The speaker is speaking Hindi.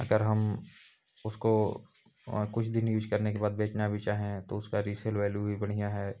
अगर हम उसको कुछ दिन यूज़ करने के बाद बेचना भी चाहें तो उसका रिसेल वैल्यू भी बढ़िया है